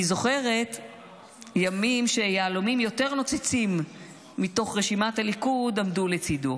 אני זוכרת ימים שיהלומים יותר נוצצים מתוך רשימת הליכוד עמדו לצידו,